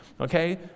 Okay